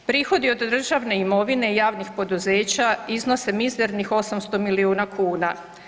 Prihodi od državne imovine i javnih poduzeća iznose mizernih 800 milijuna kuna.